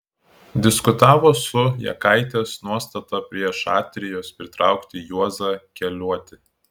diskutavo su jakaitės nuostata prie šatrijos pritraukti juozą keliuotį